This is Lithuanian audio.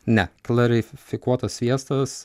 ne klarifikuotas sviestas